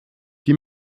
die